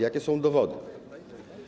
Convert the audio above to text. Jakie są dowody?